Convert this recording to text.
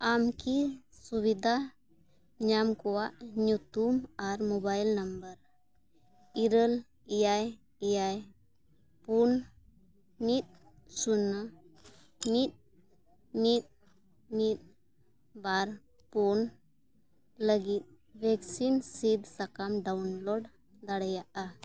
ᱟᱢ ᱠᱤ ᱥᱩᱵᱤᱫᱟ ᱧᱟᱢ ᱠᱚᱣᱟᱜ ᱧᱩᱛᱩᱢ ᱟᱨ ᱢᱳᱵᱟᱭᱤᱞ ᱱᱟᱢᱵᱟᱨ ᱤᱨᱟᱹᱞ ᱮᱭᱟᱭ ᱮᱭᱟᱭ ᱯᱩᱱ ᱢᱤᱫ ᱥᱩᱱᱱᱚ ᱢᱤᱫ ᱢᱤᱫ ᱢᱤᱫ ᱵᱟᱨ ᱯᱩᱱ ᱞᱟᱹᱜᱤᱫ ᱵᱷᱮᱠᱥᱤᱱ ᱥᱤᱫᱽ ᱥᱟᱠᱟᱢ ᱰᱟᱣᱩᱱᱞᱳᱰ ᱫᱟᱲᱮᱭᱟᱜᱼᱟ